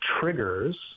triggers